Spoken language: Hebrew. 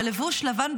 בלבוש לבן,